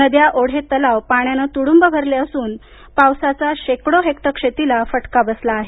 नद्या ओढे तलाव पाण्याने तूडंब अरले असून पावसाचा शेकडो हैक्टर शेतीला फटका बसला आहे